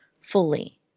fully